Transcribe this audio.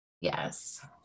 yes